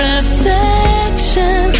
affection